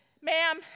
ma'am